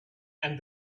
and